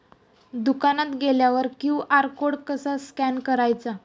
दुकानात गेल्यावर QR code कसा स्कॅन करायचा?